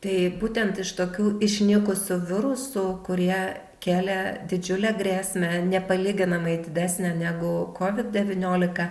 tai būtent iš tokių išnykusių virusų kurie kelia didžiulę grėsmę nepalyginamai didesnę negu kovid devyniolika